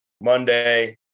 Monday